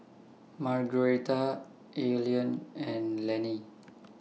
Margueritta Eileen and Lannie